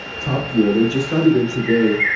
top gear! they just got it in today.